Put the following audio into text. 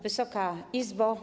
Wysoka Izbo!